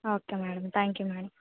okay madam thank you madam